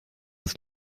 ins